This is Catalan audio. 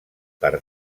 per